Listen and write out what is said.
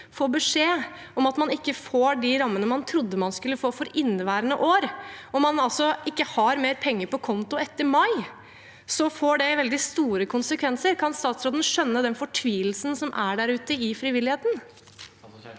får beskjed om at man ikke får de rammene man trodde man skulle få for inneværende år, og man altså ikke har mer penger på konto etter mai, får det veldig store konsekvenser? Kan statsråden skjønne den fortvilelsen som er der ute i frivilligheten?